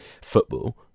football